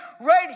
right